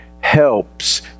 helps